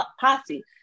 posse